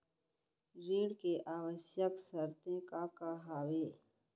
ऋण के आवश्यक शर्तें का का हवे?